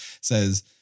says